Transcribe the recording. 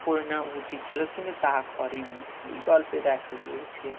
কর না উচিত ছিল কিন্তু তাহ করেনি এই গল্পে দেখা গিয়েছে